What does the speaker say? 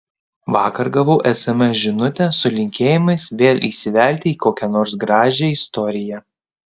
vakar gavau sms žinutę su linkėjimais vėl įsivelti į kokią nors gražią istoriją